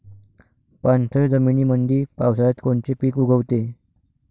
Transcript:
पाणथळ जमीनीमंदी पावसाळ्यात कोनचे पिक उगवते?